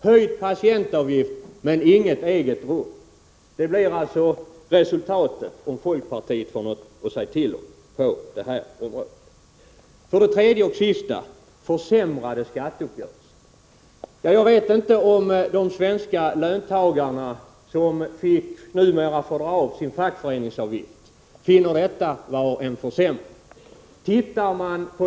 Höjd patientavgift men inget eget rum — det blir alltså resultatet om folkpartiet får någonting att säga till om på det här området. Slutligen några ord med anledning av talet om den försämrade skatteuppgörelsen. Jag vet inte om de svenska löntagarna anser det vara en försämring att de numera får dra av sin fackföreningsavgift.